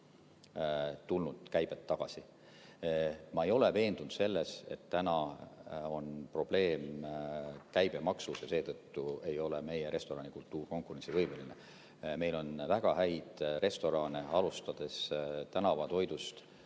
Ma ei ole veendunud selles, et täna on probleem käibemaksus ja seetõttu ei ole meie restoranikultuur konkurentsivõimeline. Meil on väga häid restorane, alustades tänavatoidust